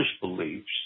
beliefs